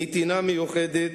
נתינה מיוחדת,